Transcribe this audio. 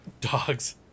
Dogs